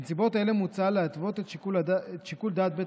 בנסיבות אלה מוצע להתוות את שיקול דעת בית